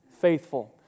faithful